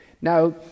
Now